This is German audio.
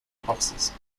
praxis